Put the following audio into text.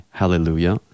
Hallelujah